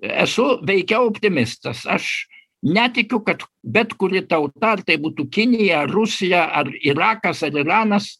esu veikiau optimistas aš netikiu kad bet kuri tauta ar tai būtų kinija rusija ar irakas ar iranas